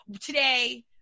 today